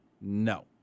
No